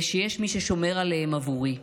ושיש מי ששומר עליהם עבורי.